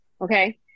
okay